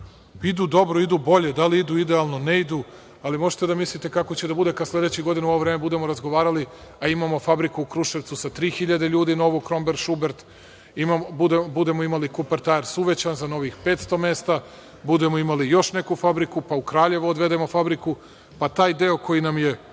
idu dobro, idu bolje. Da li idu idealno? Ne idu, ali možete da mislite kako će da bude kada sledeće godine u ovo vreme budemo razgovarali, a imamo fabriku u Kruševcu sa tri hiljade ljudi novu, „Kromberg i Šubert“, budemo imali „Kupertajers“ uvećan za novih 500 mesta, budemo imali još neku fabriku, pa u Kraljevo odvedemo fabriku, pa taj deo koji nam je